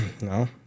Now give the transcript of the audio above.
No